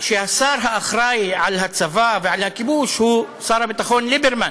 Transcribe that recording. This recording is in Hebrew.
שהשר האחראי לצבא ולכיבוש הוא שר הביטחון ליברמן,